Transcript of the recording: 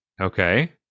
Okay